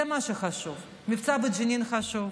זה מה שחשוב, המבצע בג'נין חשוב,